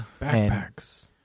backpacks